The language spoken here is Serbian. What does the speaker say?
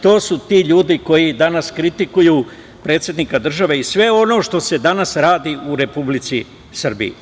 To su ti ljudi koji danas kritikuju predsednika države i sve ono što se danas radi u Republici Srbiji.